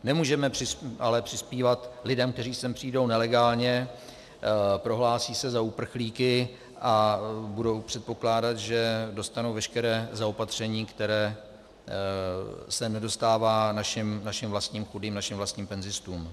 Nemůžeme ale přispívat lidem, kteří sem přijdou nelegálně, prohlásí se za uprchlíky a budou předpokládat, že dostanou veškeré zaopatření, kterého se nedostává našim vlastním chudým, našim vlastním penzistům.